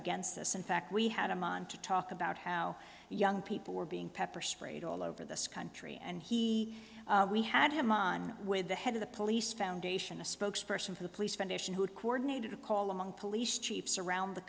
against this in fact we had him on to talk about how young people were being pepper sprayed all over this country and he we had him on with the head of the police foundation a spokesperson for the police foundation who coordinated a call among police chiefs around the